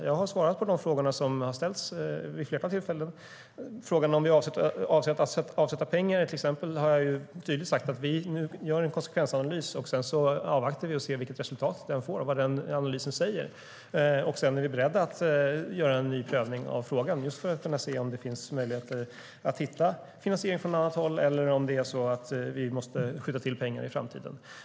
Jag har svarat på de frågor som har ställts vid ett flertal tillfällen. På frågan om vi avser att avsätta pengar har jag till exempel tydligt sagt att vi nu gör en konsekvensanalys och sedan avvaktar och ser vilket resultat det blir och vad analysen säger. Därefter är vi beredda att göra en ny prövning av frågan, just för att kunna se om det finns möjligheter att hitta finansiering från annat håll eller om vi måste skjuta till pengar i framtiden.